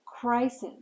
crisis